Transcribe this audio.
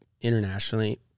internationally